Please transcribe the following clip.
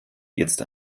jetzt